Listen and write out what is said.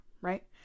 right